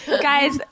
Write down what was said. Guys